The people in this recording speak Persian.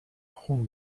خون